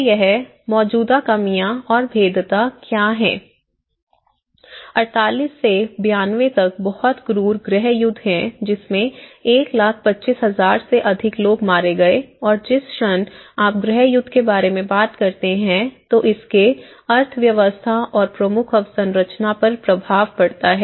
तो यह मौजूदा कमियां और भेद्यता क्या है 78 से 92 तक बहुत क्रूर गृहयुद्ध है जिसमें 125000 से अधिक लोग मारे गए और जिस क्षण आप गृहयुद्ध के बारे में बात करते हैं तो इसके अर्थव्यवस्था और प्रमुख अवसंरचना पर प्रभाव पड़ता है